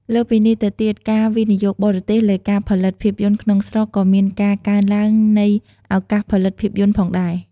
លើសពីនេះទៅទៀតការវិនិយោគបរទេសលើការផលិតភាពយន្តក្នុងស្រុកក៏មានការកើនឡើងនៃឱកាសផលិតភាពយន្តផងដែរ។